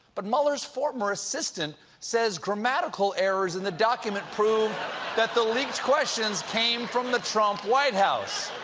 but mueller's former assistant says grammatical errors in the document prove that the leaked questions came from the trump white house.